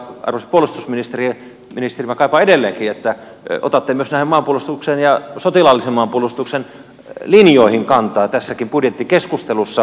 sen takia arvoisa puolustusministeri minä kaipaan edelleenkin että otatte kantaa myös näihin maanpuolustuksen ja sotilaallisen maanpuolustuksen linjoihin tässäkin budjettikeskustelussa